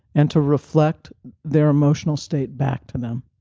and to reflect their emotional state back to them.